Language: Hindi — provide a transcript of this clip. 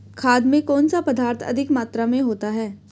खाद में कौन सा पदार्थ अधिक मात्रा में होता है?